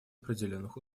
определенных